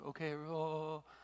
Okay